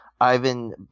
Ivan